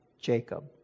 Jacob